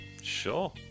sure